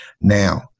Now